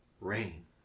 Rain